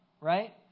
right